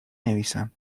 نویسم